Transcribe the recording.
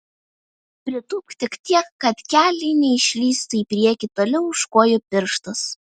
pritūpk tik tiek kad keliai neišlįstų į priekį toliau už kojų pirštus